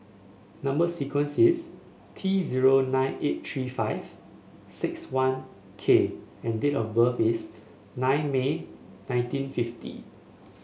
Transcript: number sequence is T zero nine eight three five six one K and date of birth is nine May nineteen fifty